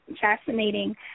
fascinating